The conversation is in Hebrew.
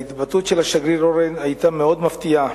ההתבטאות של השגריר אורן היתה מאוד מפתיעה.